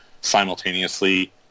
simultaneously